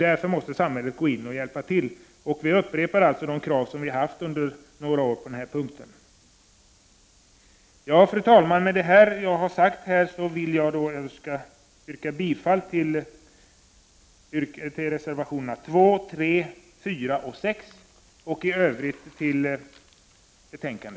Därför måste samhället hjälpa till. Vi upprepar därför de krav som vi under några år har ställt på denna punkt. Fru talman! Med det anförda yrkar jag bifall till reservationerna 2, 3, 4 och 6 och i övrigt till hemställan i utskottets betänkande.